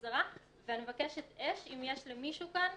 ואני מבקשת אש אם יש למישהו כאן,